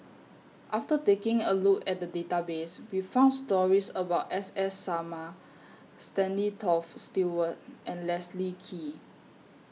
after taking A Look At The Database We found stories about S S Sarma Stanley Toft Stewart and Leslie Kee